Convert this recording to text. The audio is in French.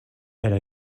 elle